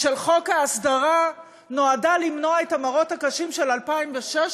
של חוק ההסדרה נועדה למנוע את המראות הקשים של 2006,